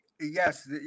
yes